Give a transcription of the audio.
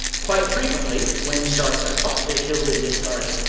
quite frequently when sharks are caught they are killed and discarded,